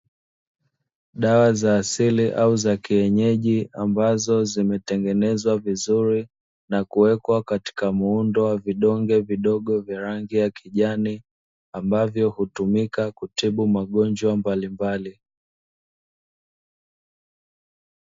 Dawa za asili au za kienyeji ambazo zimetengenezwa vizuri, na kuwekwa katika muundo wa vidonge vidogo vya rangi ya kijani ambavyo hutumika kutibu magonjwa mbalimbali.